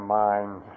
mind